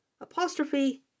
apostrophe